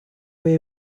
way